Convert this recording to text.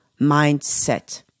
mindset